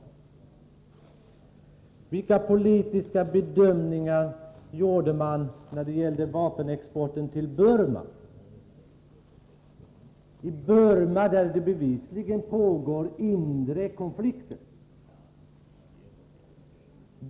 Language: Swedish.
Vilka politiska bedömningar gjorde man när det gällde vapenexporten till Burma, där det bevisligen pågår inre konflikter?